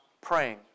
praying